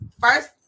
first